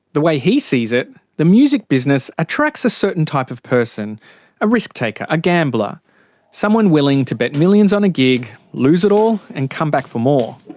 the way he sees it, the music business attracts a certain type of person a risk taker, a gambler someone willing to bet millions on a gig, lose it all, and come back for more.